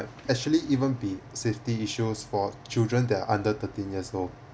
actually even be safety issues for children that are under thirteen years old